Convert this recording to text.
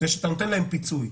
זה שאתה נותן להם פיצוי.